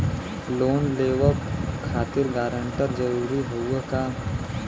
Loan लेवब खातिर guarantor जरूरी हाउ का?